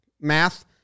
math